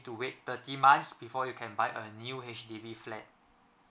to wait thirty months before you can buy a new H_D_B flat